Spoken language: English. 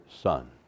Son